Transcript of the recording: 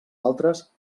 altres